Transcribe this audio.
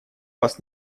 вас